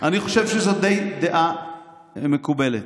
אני חושב שזו דעה די מקובלת.